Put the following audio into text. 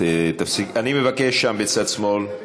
אני מבקש שם בצד שמאל.